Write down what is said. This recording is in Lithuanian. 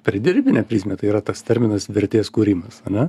pridirbinę prizmę tai yra tas terminas vertės kūrimas ane